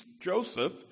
Joseph